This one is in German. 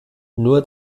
nur